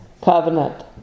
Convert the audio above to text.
covenant